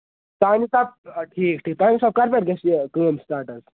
چانہِ حِسابہٕ آ ٹھیٖک ٹھیٖک چانہِ حِسابہٕ کر پیٚٹھ گژھِ یہِ کٲم سِٹارٹ حظ